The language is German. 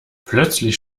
plötzlich